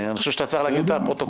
אני חושב שאתם צריכים להגיד לפרוטוקול.